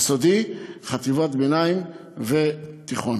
יסודי, חטיבת ביניים ותיכון,